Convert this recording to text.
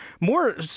more